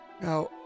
Now